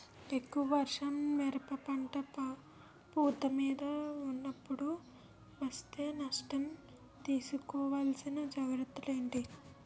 ఎక్కువ వర్షం మిరప పంట పూత మీద వున్నపుడు వేస్తే నష్టమా? తీస్కో వలసిన జాగ్రత్తలు ఏంటి?